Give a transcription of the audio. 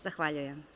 Zahvaljujem.